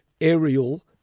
aerial